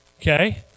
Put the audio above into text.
Okay